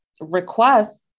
requests